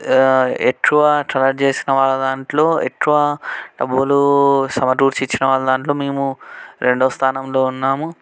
ఎక్కువ కలెక్ట్ చేసిన వాళ్ళ దాంట్లో ఎక్కువ డబ్బులు సమకూర్చి ఇచ్చినవాళ్ళ దాంట్లో మేము రెండవ స్థానంలో ఉన్నాము